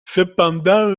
cependant